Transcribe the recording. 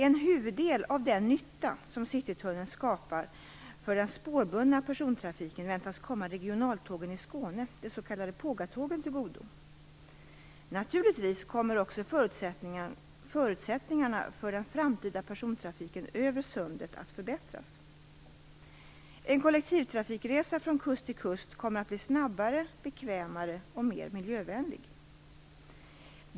En huvuddel av den nytta som Citytunneln skapar för den spårbundna persontrafiken väntas komma regionaltågen i Skåne, de s.k. Pågatågen, till godo. Naturligtvis kommer också förutsättningarna för den framtida persontrafiken över sundet att förbättras. En kollektivtrafikresa från kust till kust kommer att bli snabbare, bekvämare och mer miljövänlig.